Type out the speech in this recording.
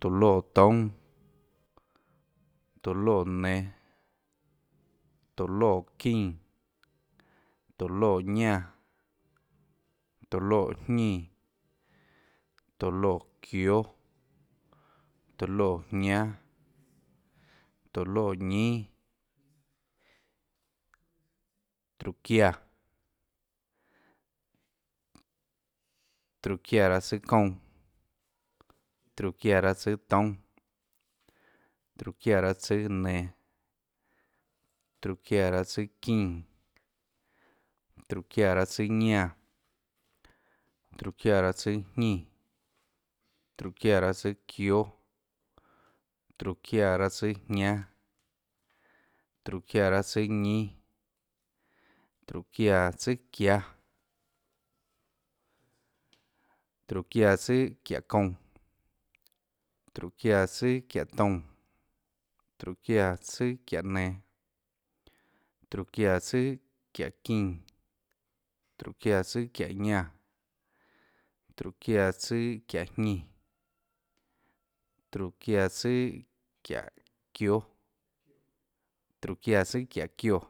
tóå loè toúnâ, tóå loè nenå, tóå loè çínã, tóå loè ñánã, tóå loè jñínã, tóå loè çióâ, tóå loè jñánâ, tóå loè ñínâ, tróhå çiáã, tróhå çiáã raâ tsùâ kounã, tróhå çiáã raâ tsùâ toúnâ, tróhå çiáã raâ tsùâ nenå. tróhå çiáã raâ tsùâ çínã, tróhå çiáã raâ tsùâ ñánã, tróhå çiáã raâ tsùâjñínã, tróhå çiáã raâ tsùâ çióâ, tróhå çiáã raâ tsùâ jñánâ, tróhå çiáã raâtsùâ ñínâ, tróhå çiáã tsùâ çiáâ, tróhå çiáã tsùâ çiáhå kounã, tróhå çiáã tsùâ çiáhå toúnâ, tróhå çiáã tsùâ çiáhå nenå, tróhå çiáã tsùâ çiáhå çínã, tróhå çiáã tsùâ çiáhå ñánã, tróhå çiáã tsùâ çiáhå jñínã, tróhå çiáã tsùâ çiáhå çióâ, tróhå çiáã tsùâ çiáhå çioè.